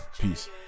peace